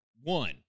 One